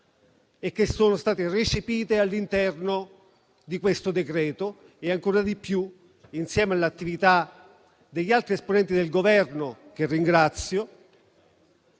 ma che sono state recepite all'interno di questo decreto e, ancora di più, all'attività degli altri esponenti del Governo, che ringrazio,